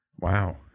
Wow